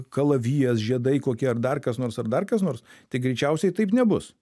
kalavijas žiedai kokie ar dar kas nors ar dar kas nors tai greičiausiai taip nebus